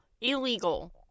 Illegal